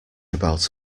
about